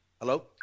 Hello